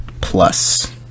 Plus